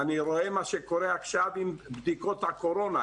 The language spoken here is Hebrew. אני רואה מה שקורה עכשיו עם בדיקות הקורונה,